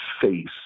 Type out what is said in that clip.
face